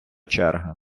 черга